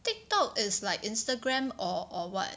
TikTok is like Instagram or or what